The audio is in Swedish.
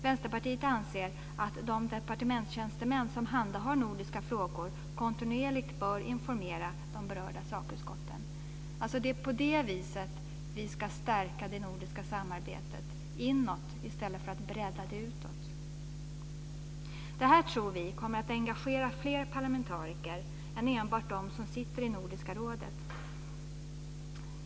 Vänsterpartiet anser att de departementstjänstemän som handhar nordiska frågor kontinuerligt bör informera de berörda fackutskotten. Det är alltså på det viset som vi ska stärka det nordiska samarbetet - inåt i stället för genom breddning utåt. Vi tror att det här kommer att engagera fler parlamentariker än enbart dem som sitter i Nordiska rådet.